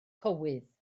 cywydd